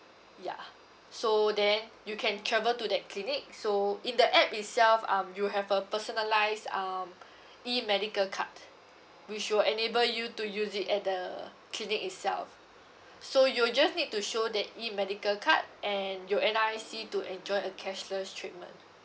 ya so then you can travel to that clinic so in the app itself um you'll have a personalise um E medical card which will enable you to use it at the clinic itself so you'll just need to show that E medical card and your N_R_I_C to enjoy a cashless treatment